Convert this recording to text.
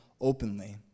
openly